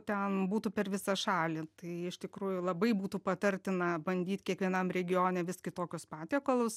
ten būtų per visą šalį tai iš tikrųjų labai būtų patartina bandyt kiekvienam regione vis kitokius patiekalus